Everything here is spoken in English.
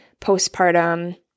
postpartum